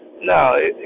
No